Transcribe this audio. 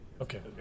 Okay